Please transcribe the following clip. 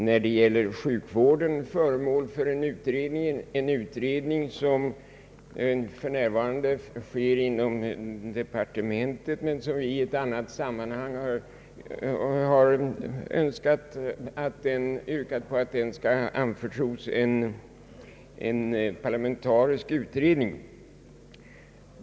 När det gäller sjukvården är kostnadsfrågan föremål för en utredning inom socialdepartementet, men vi har i ett annat sammanhang yrkat på att denna fråga skall anförtros en parlamentarisk utredning.